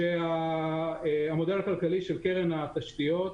קרן התשתיות.